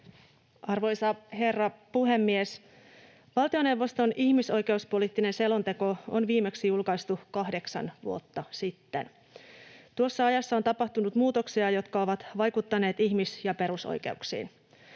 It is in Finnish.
Arvoisa herra puhemies! Valtioneuvoston ihmisoikeuspoliittinen selonteko on viimeksi julkaistu kahdeksan vuotta sitten. Tuossa ajassa on tapahtunut muutoksia, jotka ovat vaikuttaneet ihmis- ja perusoikeuksiin.